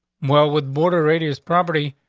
well, with border radius property,